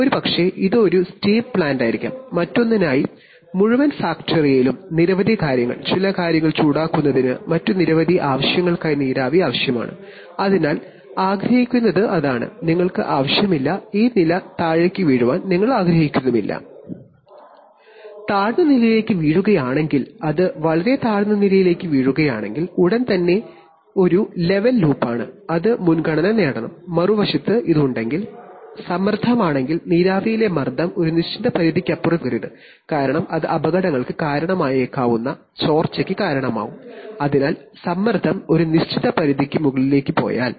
ഒരുപക്ഷേ ഇത് ഒരു സ്റ്റീം പ്ലാന്റായിരിക്കാം മറ്റൊന്നിനായി മുഴുവൻ ഫാക്ടറിയിലും നിരവധി കാര്യങ്ങൾ ചില കാര്യങ്ങൾ ചൂടാക്കുന്നതിന് മറ്റ് നിരവധി ആവശ്യങ്ങൾക്കായി നീരാവി ആവശ്യമാണ് ഈ ജലനിരപ്പ് നില താഴേക്ക് വീഴാൻ നിങ്ങൾ ആഗ്രഹിക്കുന്നില്ല താഴ്ന്ന നിലയിലേക്ക് വീഴുകയാണെങ്കിൽ അത് വളരെ താഴ്ന്ന നിലയിലേക്ക് വീഴുകയാണെങ്കിൽ ഉടൻ തന്നെ ഇത് ഒരു ലെവൽ ലൂപ്പാണ് അത് മുൻഗണന നേടണം മറുവശത്ത് ഇത് സമ്മർദ്ദമാണെങ്കിൽ നീരാവിയിലെ മർദ്ദം ഒരു നിശ്ചിത പരിധിക്കപ്പുറത്തേക്ക് പോകരുത് കാരണം അത് അപകടങ്ങൾക്ക് കാരണമായേക്കാവുന്ന ചോർച്ചയ്ക്ക് കാരണമായേക്കാം അതിനാൽ സമ്മർദ്ദം ഒരു നിശ്ചിത പരിധിക്ക് മുകളിലേക്ക് പോയാൽ